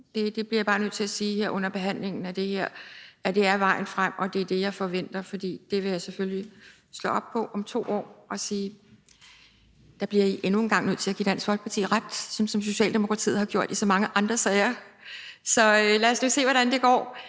Det bliver jeg bare nødt til at sige her under behandlingen af det her, altså at det er vejen frem, og at det er det, jeg forventer. For det vil jeg selvfølgelig slå op på om 2 år og sige, at der bliver I endnu en gang nødt til at give Dansk Folkeparti ret, sådan som Socialdemokratiet har gjort i så mange andre sager. Så lad os nu se, hvordan det går.